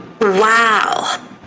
Wow